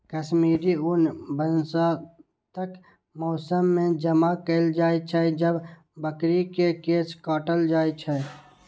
कश्मीरी ऊन वसंतक मौसम मे जमा कैल जाइ छै, जब बकरी के केश काटल जाइ छै